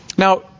Now